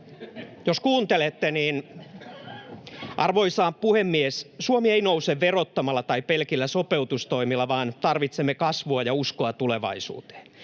Jos kuuntelette, niin... — Arvoisa puhemies! Suomi ei nouse verottamalla tai pelkillä sopeutustoimilla, vaan tarvitsemme kasvua ja uskoa tulevaisuuteen.